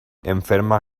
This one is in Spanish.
enferma